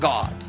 God